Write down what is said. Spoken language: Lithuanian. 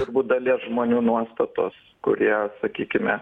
turbūt dalies žmonių nuostatos kurie sakykime